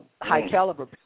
high-caliber